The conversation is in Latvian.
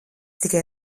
tikai